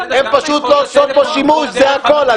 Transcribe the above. הן פשוט לא עושות בו שימוש, זה הכול.